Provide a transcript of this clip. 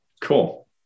cool